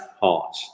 heart